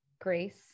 grace